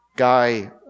Guy